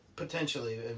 Potentially